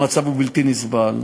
המצב הוא בלתי נסבל.